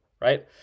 right